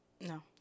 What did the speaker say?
No